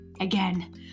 again